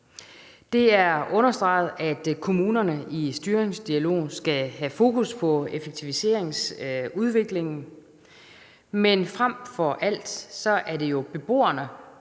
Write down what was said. Det er understreget, at kommunerne i styringsdialogen skal have fokus på effektiviseringsudviklingen, men frem for alt er det jo beboerne